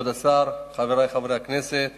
כבוד השר, חברי חברי הכנסת,